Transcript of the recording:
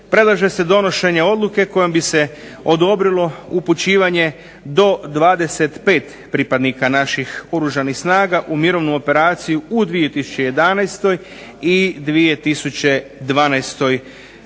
predlaže se donošenje odluke kojom bi se odobrilo upućivanje do 25 pripadnika naših Oružanih snaga u mirovnu operaciju u 2011. i 2012. godini.